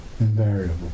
Invariable